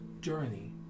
journey